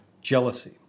jealousy